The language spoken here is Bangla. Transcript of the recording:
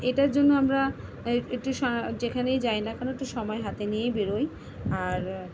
এটার জন্য আমরা একটি স যেখানেই যাই না কেন একটু সময় হাতে নিয়ে বেরোই আর